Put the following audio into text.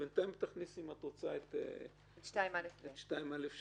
בינתיים תכניסי, אם את רוצה, את 2א -- את 2א(ב).